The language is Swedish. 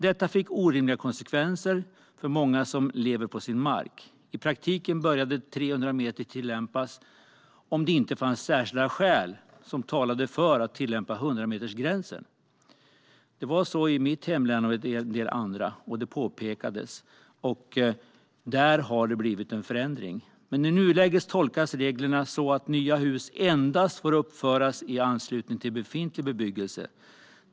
Detta fick orimliga konsekvenser för många som lever av sin mark. I praktiken började gränsen 300 meter tillämpas om det inte fanns särskilda skäl som talade för att tillämpa 100-metersgränsen. Det var så i mitt hemlän och i en del andra län. Där har det blivit en förändring. I nuläget tolkas reglerna så att nya hus endast får uppföras i anslutning till befintlig bebyggelse.